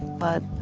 but,